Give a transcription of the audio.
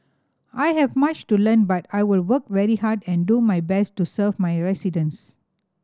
I have much to learn but I will work very hard and do my best to serve my residents